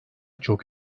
çok